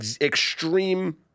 extreme